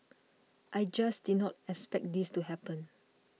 I just did not expect this to happen